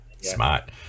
Smart